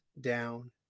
down